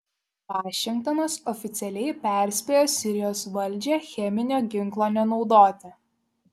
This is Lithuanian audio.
vašingtonas oficialiai perspėjo sirijos valdžią cheminio ginklo nenaudoti